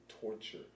torture